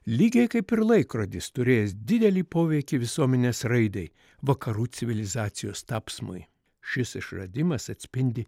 lygiai kaip ir laikrodis turės didelį poveikį visuomenės raidai vakarų civilizacijos tapsmui šis išradimas atspindi